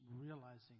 realizing